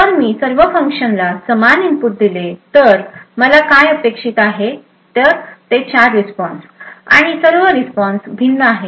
जर मी सर्व 4 फंक्शन्सना समान इनपुट दिले तर मला काय अपेक्षित आहे ते 4 रिस्पॉन्स आहेत आणि सर्व रिस्पॉन्स भिन्न आहेत